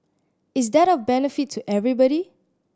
is that of benefit to everybody